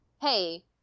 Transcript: hey